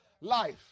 life